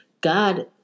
God